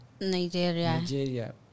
Nigeria